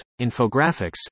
infographics